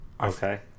Okay